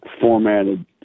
formatted